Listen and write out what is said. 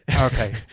Okay